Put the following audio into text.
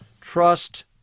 Trust